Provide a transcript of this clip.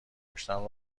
پشتم